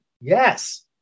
Yes